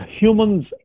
humans